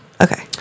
Okay